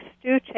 Stu